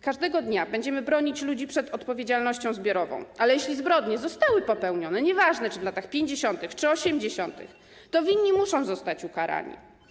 Każdego dnia będziemy bronić ludzi przed odpowiedzialnością zbiorową, ale jeśli zbrodnie zostały popełnione - nieważne, czy w latach 50., czy 80. - to winni muszą zostać ukarani.